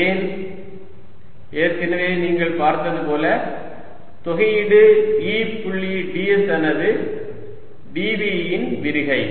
ஏன் ஏற்கனவே நீங்கள் பார்த்தது போல தொகையீடு E புள்ளி ds ஆனது dv இன் விரிகை